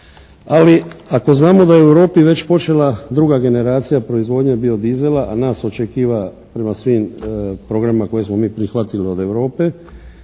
ali ako znamo da je u Europi već počela druga generacija proizvodnje bio dizela a nas očekiva prema svim programima koje smo mi prihvatili od Europe